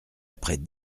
après